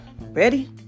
Ready